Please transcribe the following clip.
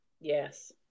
Yes